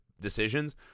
decisions